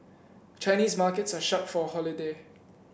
Chinese markets are shut for a holiday